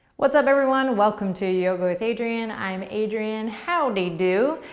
what's up everyone, welcome to yoga with adriene. i'm adriene, howdy do?